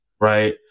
Right